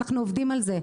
אנחנו עובדים על זה.